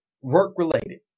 work-related